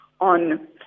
on